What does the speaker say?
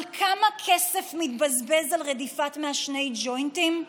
אבל כמה כסף מתבזבז על רדיפת מעשני ג'וינטים?